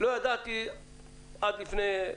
שלא ידעתי עד לפני,